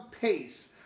pace